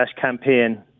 campaign